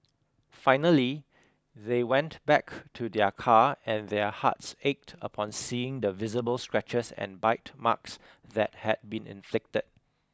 finally they went back to their car and their hearts ached upon seeing the visible scratches and bite marks that had been inflicted